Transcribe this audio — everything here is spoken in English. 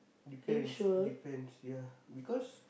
depends depends ya because